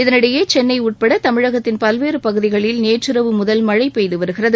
இதனிடையே சென்னை உட்பட தமிழகத்தின் பல்வேறு பகுதிகளில் நேற்றிரவு முதல் மழை பெய்து வருகிறது